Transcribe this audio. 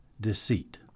deceit